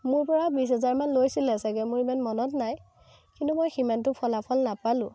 মোৰ পৰা বিছ হাজাৰমান লৈছিলে চাগে মোৰ ইমান মনত নাই কিন্তু মই সিমানতো ফলফল নাপালোঁ